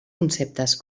conceptes